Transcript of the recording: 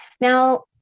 now